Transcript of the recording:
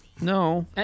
no